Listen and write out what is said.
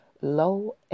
low